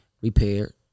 repaired